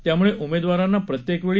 त्यामुळे उमेदवारांना प्रत्येक वेळी